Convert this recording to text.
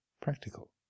practical